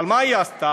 אבל מה היא עשתה?